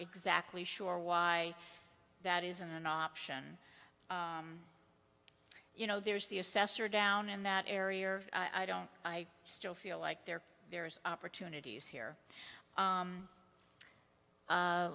exactly sure why that isn't an option you know there's the assessor down in that area or i don't i still feel like there there's opportunities here